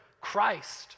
Christ